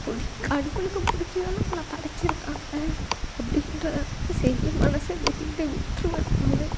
பிடிக்கல கடவுளுக்கு பிடிச்சி தானே நம்மளை படைச்சிருக்காங்க அப்படின்னு சரி மனசை தேற்றிக்கிட்டு விட்டுருவேன் நான்